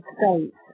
states